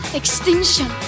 extinction